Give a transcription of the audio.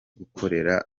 gukorera